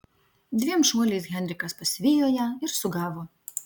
dviem šuoliais henrikas pasivijo ją ir sugavo